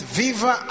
viva